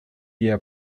year